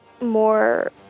more